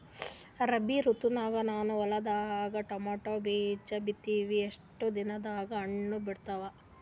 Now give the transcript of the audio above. ರಾಬಿ ಋತುನಾಗ ನನ್ನ ಹೊಲದಾಗ ಟೊಮೇಟೊ ಬೀಜ ಬಿತ್ತಿವಿ, ಎಷ್ಟು ದಿನದಾಗ ಹಣ್ಣ ಬಿಡ್ತಾವ?